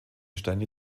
steine